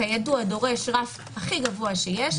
שכידוע דורש רף הכי גבוה שיש,